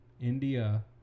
India